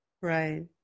Right